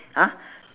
ah